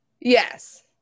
yes